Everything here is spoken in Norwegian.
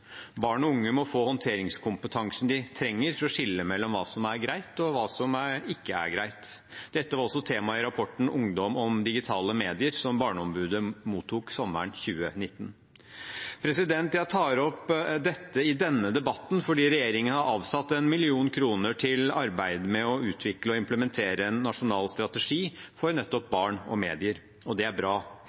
Barn og unge må få håndteringskompetansen de trenger for å skille mellom hva som er greit, og hva som ikke er greit. Dette var også tema i rapporten Ungdom om digitale medier, som Barneombudet mottok sommeren 2019. Jeg tar opp dette i denne debatten fordi regjeringen har avsatt 1 mill. kr til arbeidet med å utvikle og implementere en nasjonal strategi for nettopp barn og medier, og det er bra.